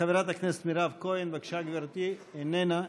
חברת הכנסת מירב כהן, בבקשה, גברתי, איננה.